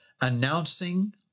announcing